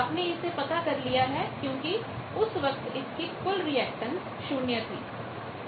आपने इसे पता कर लिया है क्योंकि उस वक्त इसकी कुल रेअक्टैंस शून्य थी